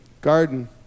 garden